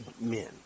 men